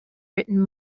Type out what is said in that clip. written